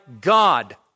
God